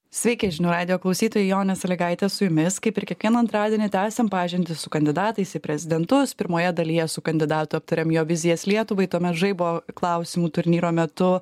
sveiki žinių radijo klausytojai jonė salygaitė su jumis kaip ir kiekvieną antradienį tęsiam pažintį su kandidatais į prezidentus pirmoje dalyje su kandidatu aptariam jo vizijas lietuvai tuomet žaibo klausimų turnyro metu